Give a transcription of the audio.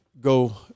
go